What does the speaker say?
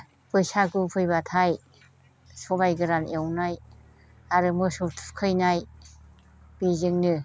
बैसागु फैबाथाय सबाइ गोरान एवनाय आरो मोसौ थुखैनाय बेजोंनो